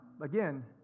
again